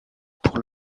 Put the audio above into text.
pour